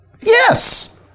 Yes